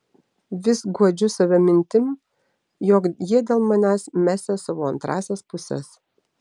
vis guodžiu save mintim jog jie dėl manęs mesią savo antrąsias puses